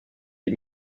les